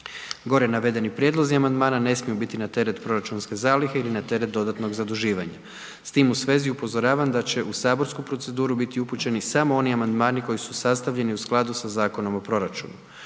Gore navedeni prijedlozi amandmana ne smiju biti na teret proračunske zalihe ili na teret dodatnog zaduživanja. S tim u svezi upozoravam da će u saborsku proceduru biti upućeni samo oni amandmani koji su sastavljeni u skladu sa Zakonom o proračunu.